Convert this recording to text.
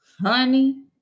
Honey